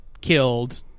killed